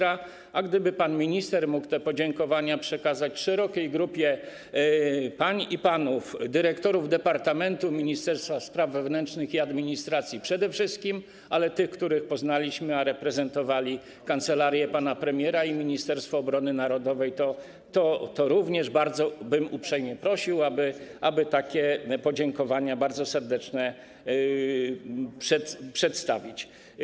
A gdyby pan minister mógł te podziękowania przekazać szerokiej grupie pań i panów dyrektorów departamentu Ministerstwa Spraw Wewnętrznych i Administracji przede wszystkim, ale również tym, których poznaliśmy, a reprezentowali kancelarię pana premiera i Ministerstwo Obrony Narodowej, to również bardzo bym uprzejmie prosił, aby takie podziękowania bardzo serdeczne przedstawić.